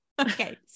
Okay